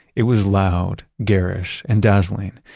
it was loud, garish, and dazzling.